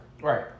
Right